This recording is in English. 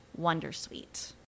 Wondersuite